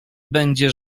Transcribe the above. będzie